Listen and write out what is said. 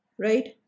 right